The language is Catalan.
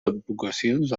advocacions